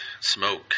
smoke